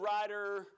rider